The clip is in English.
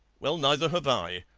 well, neither have i.